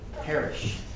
perish